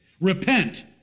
Repent